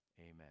Amen